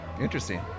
Interesting